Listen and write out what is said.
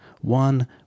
One